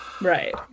right